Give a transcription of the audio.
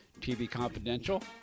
tvconfidential